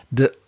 ...de